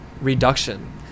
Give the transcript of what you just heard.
reduction